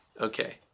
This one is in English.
Okay